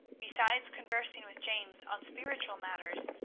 besides conversing with james on spiritual matters,